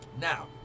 Now